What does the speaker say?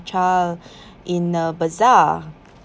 child in a bazaar